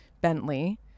Bentley